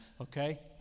okay